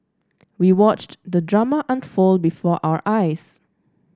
we watched the drama unfold before our eyes